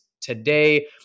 today